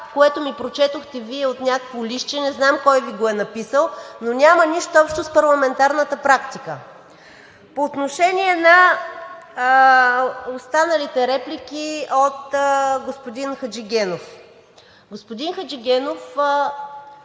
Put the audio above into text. което ми прочетохте Вие от някакво листче, не знам кой Ви го е написал, но няма нищо общо с парламентарната практика. По отношение на останалите реплики от господин Хаджигенов. Господин Хаджигенов,